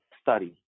study